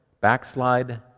backslide